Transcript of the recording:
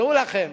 דעו לכם,